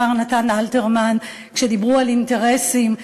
אמר נתן אלתרמן כשדיברו על אינטרסים,